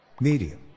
Medium